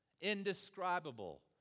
indescribable